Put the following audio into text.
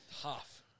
Tough